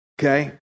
okay